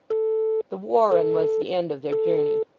the warren was the end of their journey.